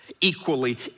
Equally